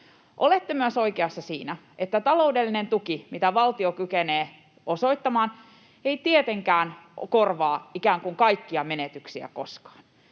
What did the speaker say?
Olette oikeassa myös siinä, että taloudellinen tuki, mitä valtio kykenee osoittamaan, ei tietenkään korvaa ikään kuin kaikkia menetyksiä koskaan.